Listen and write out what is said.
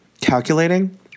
calculating